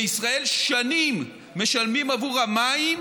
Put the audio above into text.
בישראל שנים משלמים עבור המים,